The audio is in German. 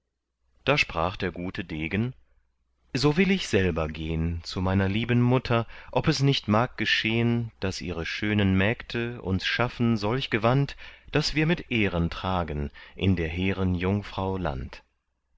da sprach der gute degen so will ich selber gehn zu meiner lieben mutter ob es nicht mag geschehn daß ihre schönen mägde uns schaffen solch gewand das wir mit ehren tragen in der hehren jungfrau land